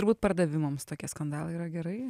turbūt pardavimams tokie skandalai yra gerai